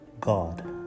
God